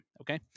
okay